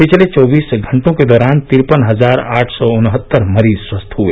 पिछले चौबीस घंटों के दौरान तिरपन हजार आठ सौ उनहत्तर मरीज स्वस्थ हुए